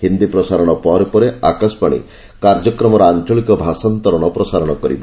ହିନ୍ଦୀ ପ୍ରସାରଣ ପରେ ପରେ ଆକାଶବାଣୀ କାର୍ଯ୍ୟକ୍ରମର ଆଞ୍ଚଳିକ ଭାଷାନ୍ତରଣର ପ୍ରସାରଣ କରିବ